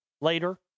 later